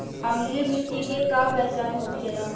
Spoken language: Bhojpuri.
अम्लीय मिट्टी के का पहचान होखेला?